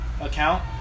account